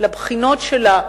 לבחינות שלה.